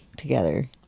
together